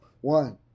one